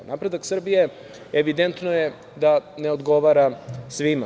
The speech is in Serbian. Napredak Srbije evidentno je da ne odgovara svima.